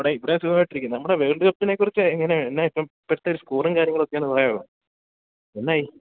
എടാ ഇവിടെ സുഖമായിട്ടിരിക്കുന്നു നമ്മുടെ വേൾഡ് കപ്പിനെ കുറിച്ചു എങ്ങനെയാണ് എന്നായിപ്പം ഇപ്പോഴത്തെ ഒരു സ്കോറും കാര്യങ്ങളൊക്കെ ഒന്ന് പറയാമോ എന്നായി